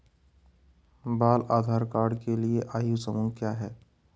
बाल आधार कार्ड के लिए आयु समूह क्या है?